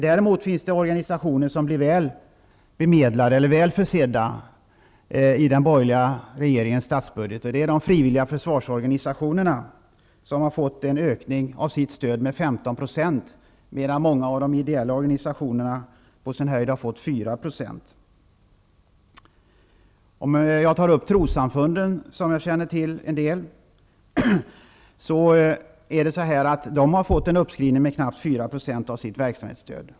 Det finns däremot organisationer som blir väl försedda i den borgerliga regeringens statsbudget. Det är de frivilliga försvarsorganisationerna. De har fått en ökning av sitt stöd med 15 %, medan många av de ideella organisationerna på sin höjd har fått 4 %. Trossamfunden, som jag känner till, har fått en uppskrivning med knappt 4 % av sitt verksamhetsstöd.